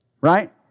Right